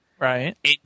Right